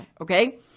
okay